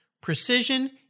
precision